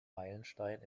meilenstein